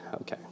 Okay